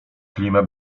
klimę